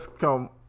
come